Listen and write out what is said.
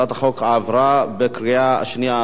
הצעת החוק עברה בקריאה שנייה.